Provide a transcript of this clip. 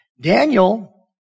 Daniel